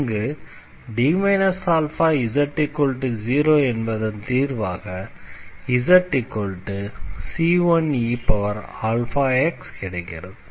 இங்கு D αz0 என்பதன் தீர்வாக zc1eαx கிடைக்கிறது